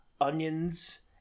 onions